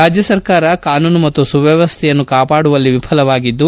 ರಾಜ್ಞ ಸರ್ಕಾರ ಕಾನೂನು ಮತ್ತು ಸುವ್ನವಸ್ಥೆಯನ್ನು ಕಾವಾಡುವಲ್ಲಿ ವಿಫಲವಾಗಿದ್ದು